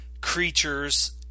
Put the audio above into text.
creatures